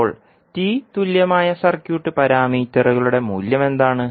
ഇപ്പോൾ T തുല്യമായ circuit പാരാമീറ്ററുകളുടെ മൂല്യം എന്താണ്